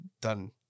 done